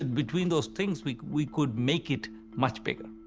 between those things we we could make it much bigger.